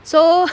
so